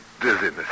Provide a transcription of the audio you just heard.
dizziness